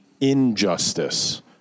injustice